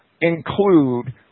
include